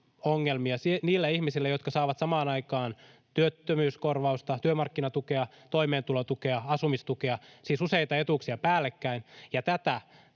ongelmia niillä ihmisillä, jotka saavat samaan aikaan työttömyyskorvausta, työmarkkinatukea, toimeentulotukea, asumistukea, siis useita etuuksia päällekkäin,